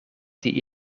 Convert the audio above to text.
die